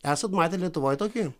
esat matę lietuvoj tokį